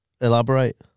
Elaborate